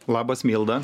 labas milda